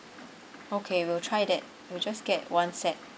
okay we'll try that we'll just get one set